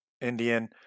Indian